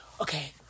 Okay